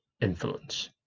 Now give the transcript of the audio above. Influence